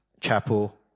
Chapel